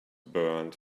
burned